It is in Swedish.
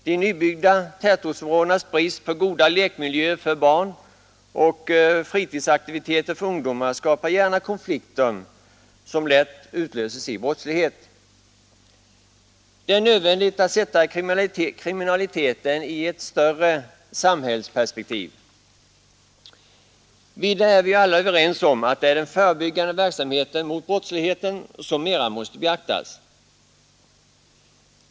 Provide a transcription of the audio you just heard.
De nybyggda tätortsområdenas brist på goda lekmiljöer för barn och fritidsaktiviteter för ungdomar skapar gärna konflikter som lätt utlöses i brottslighet. Det är nödvändigt att sätta kriminaliteten i ett större samhällsperspektiv. Vidare är vi ju alla överens om att det är den förebyggande verksamheten mot brottsligheten som mera måste beaktas.